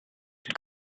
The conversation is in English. had